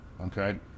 okay